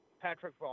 Patrick